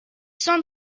cent